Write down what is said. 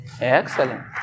Excellent